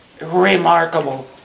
remarkable